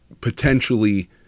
potentially